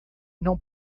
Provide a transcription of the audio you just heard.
não